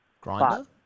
Grinder